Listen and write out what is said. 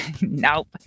Nope